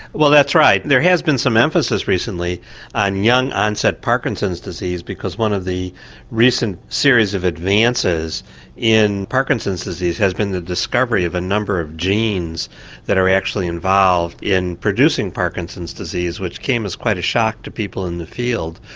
well that's right, there has been some emphasis recently on young onset parkinson's disease because one of the recent series of advances in parkinson's disease has been the discovery of a number of genes that are actually involved in producing parkinson's disease, which came as quite a shock to people in the field.